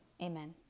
Amen